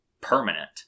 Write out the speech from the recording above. permanent